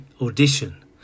audition